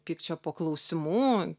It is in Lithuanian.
pykčio paklausimu